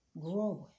growing